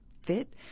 fit